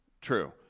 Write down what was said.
True